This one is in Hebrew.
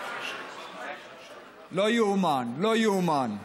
לא יאומן, לא יאומן.